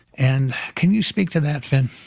and can you speak to that, finn?